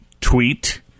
tweet